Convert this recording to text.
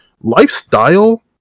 lifestyle